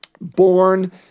born